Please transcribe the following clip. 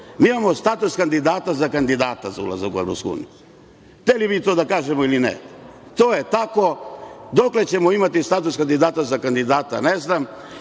mi imamo status kandidata za kandidata za ulazak u EU. Hteli mi to da kažemo ili ne, to je tako. Dokle ćemo imati status kandidata za kandidata, ne znam.